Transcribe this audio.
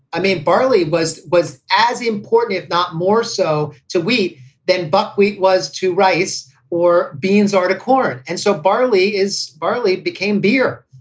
i mean, barley was was as important, if not more so to wheat than buckwheat was to rice or beans or to corn. and so barley is barley became beer.